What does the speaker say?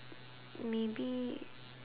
maybe